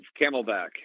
Camelback